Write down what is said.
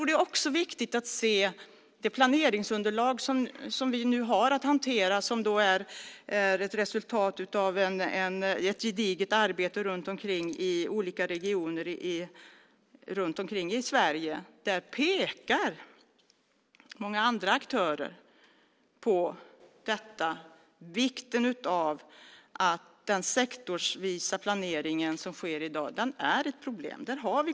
Det är också viktigt att se det planeringsunderlag som vi har att hantera. Det är ett resultat av ett gediget arbete i olika regioner runt omkring i Sverige. Där pekar många aktörer på att den sektorsvisa planeringen som sker i dag är ett problem.